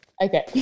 Okay